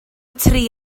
tri